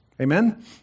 amen